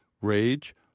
rage